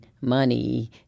money